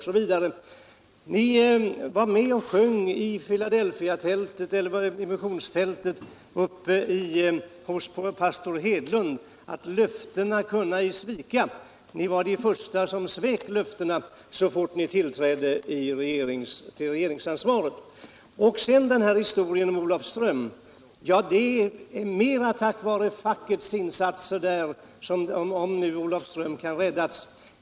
Ni var med och sjöng hos pastor Hedlund i missionstältet att ”löftena kunna ej svika” — ni var de första att svika era löften; det gjorde ni så fort ni tillträdde regeringsansvaret. Om Olofström kan räddas, så är det mera tack vare fackets insatser än tack vare regeringens.